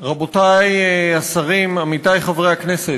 תודה לך, רבותי השרים, עמיתי חברי הכנסת,